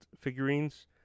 figurines